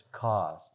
cause